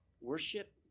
Worship